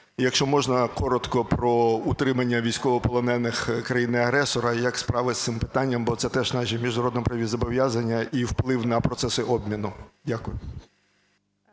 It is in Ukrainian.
Якщо можна, коротко про утримання військовополонених країни-агресора, як справи з цим питанням, бо це теж наші міжнародно-правові зобов'язання і вплив на процеси обміну. Дякую.